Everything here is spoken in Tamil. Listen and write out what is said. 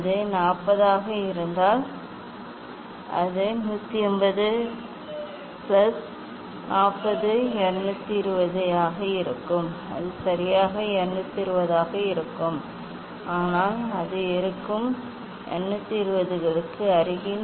அது 40 ஆக இருந்தால் அது 180 பிளஸ் 40 220 ஆக இருக்கும் அது சரியாக 220 ஆக இருக்காது ஆனால் அது இருக்கும் 220 களுக்கு அருகில்